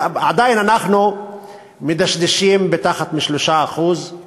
עדיין אנחנו מדשדשים מתחת ל-3%;